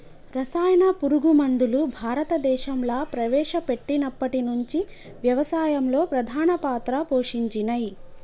రసాయన పురుగు మందులు భారతదేశంలా ప్రవేశపెట్టినప్పటి నుంచి వ్యవసాయంలో ప్రధాన పాత్ర పోషించినయ్